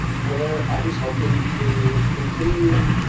where i was hoping to continue